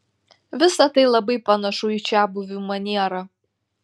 visa tai labai panašu į čiabuvių manierą